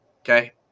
okay